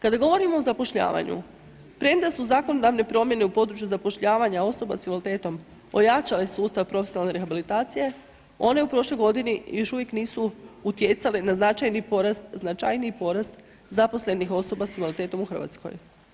Kada govorimo o zapošljavanju, premda su zakonodavne promjene u području zapošljavanja osoba s invaliditetom, ojačale sustav profesionalne rehabilitacije, one u prošloj godini još uvijek nisu utjecale na značajni porast, značajniji porast zaposlenih osoba s invaliditetom u Hrvatskoj.